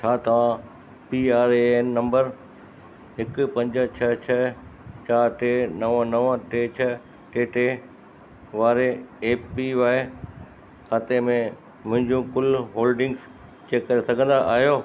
छा तव्हां P R A N number हिकु पंज छह छह चारि टे नव नव टे छह टे टे वारे ए पी वाए खाते में मुंहिंजियूं कुल होल्डिंगस चैक करे सघंदा आहियो